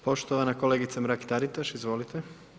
Poštovana kolegica Mrak Taritaš, izvolite.